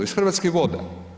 Iz Hrvatskih voda.